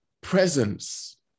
presence